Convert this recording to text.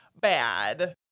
bad